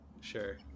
sure